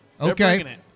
Okay